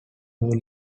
poole